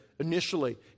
initially